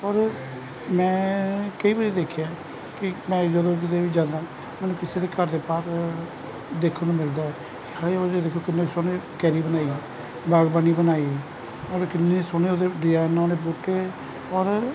ਔਰ ਮੈਂ ਕਈ ਵਾਰ ਦੇਖਿਆ ਹੈ ਮੈਂ ਜਦੋਂ ਕਿਤੇ ਵੀ ਜਾਂਦਾ ਮੈਨੂੰ ਕਿਸੇ ਦੇ ਘਰ ਦੇ ਬਾਹਰ ਦੇਖਣ ਨੂੰ ਮਿਲਦਾ ਹੈ ਕਿ ਹਏ ਉਹ ਦੇਖੋ ਕਿੰਨੇ ਸੋਹਣੇ ਕਿਆਰੀ ਬਣਾਈ ਏ ਬਾਗਬਾਨੀ ਬਣਾਈ ਹੈ ਔਰ ਕਿੰਨੇ ਸੋਹਣੇ ਉਹਦੇ ਡਿਜ਼ਾਇਨ ਵਾਲੇ ਬੂਟੇ ਔਰ